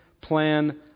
plan